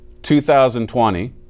2020